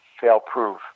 fail-proof